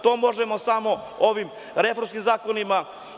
To možemo samo ovim reformskim zakonima.